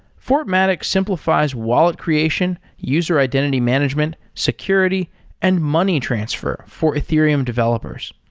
fortmatic simplifies wallet creation, user identity management, security and money transfer for ethereum developers.